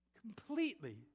completely